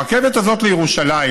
הרכבת הזאת לירושלים,